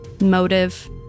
motive